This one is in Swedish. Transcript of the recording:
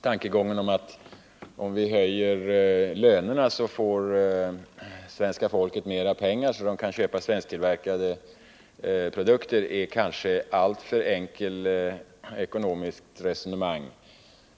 Tankegången att svenska folket om vi höjer lönerna får mera pengar för att köpa svensktillverkade produkter är kanske ett alltför enkelt ekonomiskt resonemang.